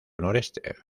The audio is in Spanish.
noreste